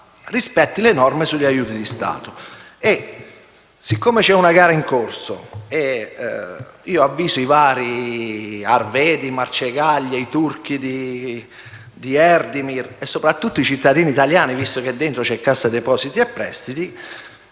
rispetti le norme sugli aiuti di Stato. Poiché è in corso una gara, voglio avvisare i vari Arvedi, Marcegaglia, i turchi di Erdemir e soprattutto i cittadini italiani, visto che dentro c'è Cassa depositi e prestiti,